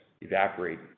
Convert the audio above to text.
evaporate